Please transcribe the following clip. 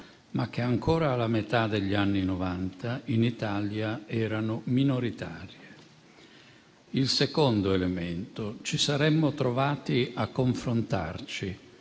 ma che ancora nella metà degli anni Novanta in Italia erano minoritarie. In secondo luogo, ci saremmo trovati a confrontarci,